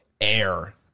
air